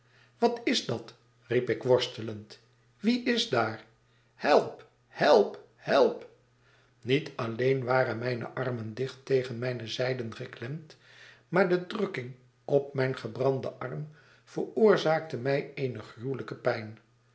wat is dat riep ik worstelend wie is daar help help help niet alleen waren mijne armen dicht tegen mijne zijden geklemd maar de drukking op mijn gebranden arm veroorzaakte mij eene gruwelijke pijn